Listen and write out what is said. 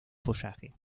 follaje